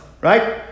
right